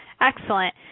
Excellent